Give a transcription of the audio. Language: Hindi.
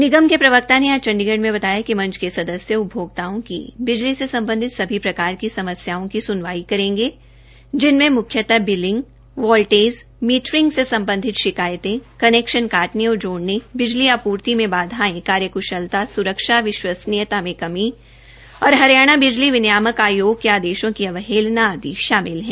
निगम के प्रवक्ता ने आज चंडीगढ़ में बताया कि मंच के सदस्य उपभोक्ताओं की बिजली से संबंधित सभी स्प्रकार की समस्याओं की स्मनवाई करेंगे जिनमें मुख्यतः बिलिंग वोल्टेज़ मीटरिंग से सम्बंधित शिकायतें कनैक्शन काटने और जोडने बिजली आपूर्ति में बाधाएं कार्यक्शलता स्रक्षा विश्वसनीयता में कमी और हरियाणा बिजली विनियामक आयोग के आदेशों की अवहेलना आदि शामिल हैं